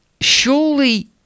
surely